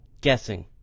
guessing